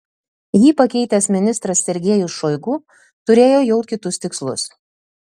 jį pakeitęs ministras sergejus šoigu turėjo jau kitus tikslus